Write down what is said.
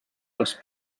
als